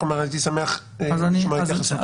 הייתי שמח לשמוע התייחסות.